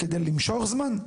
כדי למשוך זמן,